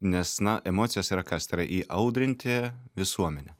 nes na emocijos yra kas tai yra įaudrinti visuomenę